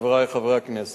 חברי חברי הכנסת,